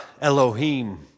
Elohim